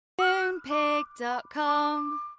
Moonpig.com